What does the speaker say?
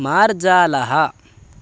मार्जालः